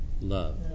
Love